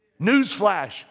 Newsflash